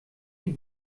die